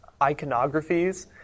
iconographies